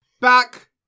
back